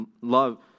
love